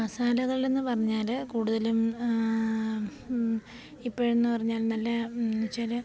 മസാലകളെന്നു പറഞ്ഞാല് കൂടുതലും ഇപ്പോഴെന്നു പറഞ്ഞാൽ നല്ല ചില